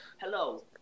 Hello